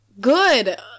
Good